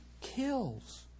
kills